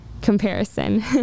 comparison